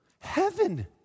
Heaven